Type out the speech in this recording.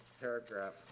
paragraph